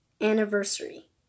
anniversary